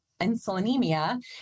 insulinemia